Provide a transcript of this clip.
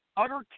utter